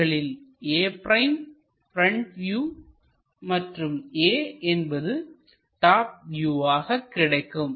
இவைகளில் a' front view மற்றும் a என்பது டாப் வியூவாக கிடைக்கும்